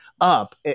up